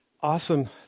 awesome